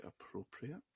appropriate